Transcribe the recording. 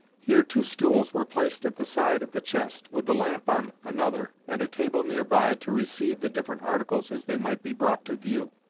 here two stools were placed at the side of the chest, with the lamp on another, and a table near by to receive the different articles as they might be brought to view.